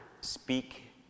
speak